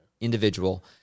individual